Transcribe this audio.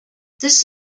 this